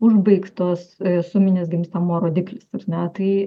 užbaigtos suminis gimstamo rodiklis ar ne tai